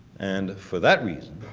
and, for that reason,